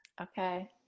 Okay